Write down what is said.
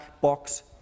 box